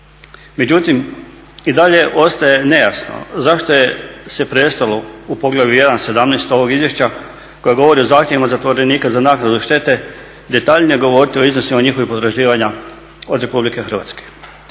Međutim, i dalje ostaje nejasno zašto se prestalo u poglavlju 1.17 ovog izvješća koje govori o zahtjevima zatvorenika za naknadu štete detaljnije govoriti o iznosima njihovih potraživanja od RH.